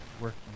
working